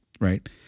right